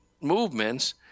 movements